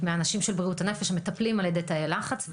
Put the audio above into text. מאנשים של בריאות הנפש, שמטפלים על ידי תאי לחץ.